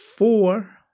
Four